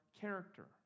character